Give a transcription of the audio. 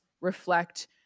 reflect